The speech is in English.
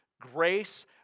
grace